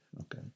Okay